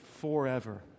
forever